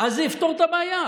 אז זה יפתור את הבעיה.